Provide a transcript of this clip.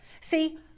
See